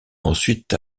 ensuite